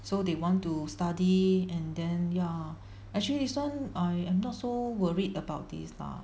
so they want to study and then ya actually this one I am not so worried about this lah